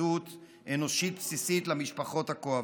התייחסות אנושית בסיסית למשפחות הכואבות.